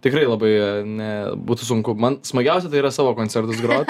tikrai labai ne būtų sunku man smagiausia tai yra savo koncertus grot